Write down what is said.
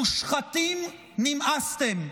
מושחתים, נמאסתם.